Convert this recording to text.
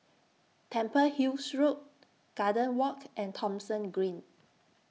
Temple Hills Road Golden Walk and Thomson Green